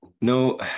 No